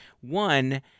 one